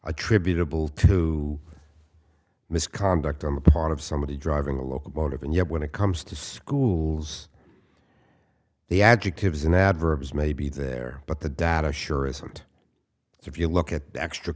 attributable to misconduct on the part of somebody driving a locomotive and yet when it comes to schools the adjectives and adverbs may be there but the data sure isn't if you look at the extra